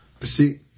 See